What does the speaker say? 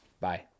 Bye